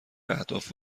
اهداف